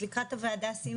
אז לקראת הוועדה עשינו בדיקה.